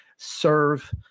serve